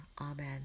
Amen